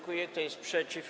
Kto jest przeciw?